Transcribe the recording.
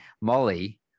molly